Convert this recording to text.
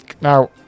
now